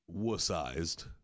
wussized